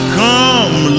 come